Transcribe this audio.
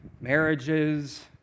marriages